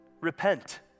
Repent